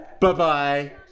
Bye-bye